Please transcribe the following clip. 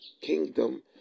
kingdom